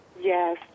yes